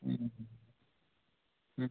हम्म हम्म हम्म हम्म